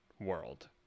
world